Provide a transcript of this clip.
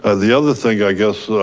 and the other thing i guess,